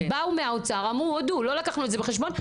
באו מהאוצר והודו, לא לקחנו את זה בחשבון.